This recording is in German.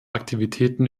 aktivitäten